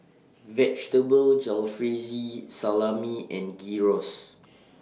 Vegetable Jalfrezi Salami and Gyros